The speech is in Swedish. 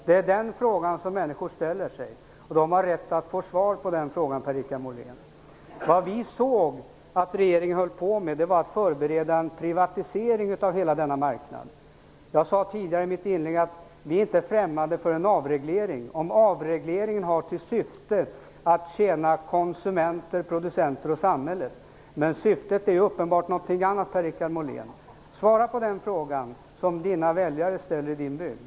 Det är den frågan som människor ställer sig, och de har rätt att få svar på den frågan, Per-Richard Molén. Vi såg att regeringen höll på med att förbereda en privatisering av hela denna marknad. Jag sade tidigare i mitt inlägg att vi inte är främmande för en avreglering, om avregleringen har till syfte att tjäna konsumenter, producenter och samhälle. Men syftet är uppenbart något annat, Per-Richard Molén. Svara på den frågan! Det är den Per-Richard